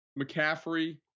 McCaffrey